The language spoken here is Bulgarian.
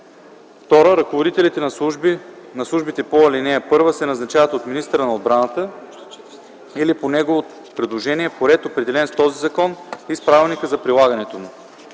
(2) Ръководителите на службите по ал. 1 се назначават от министъра на отбраната или по негово предложение по ред, определен с този закон и с правилника за прилагането му.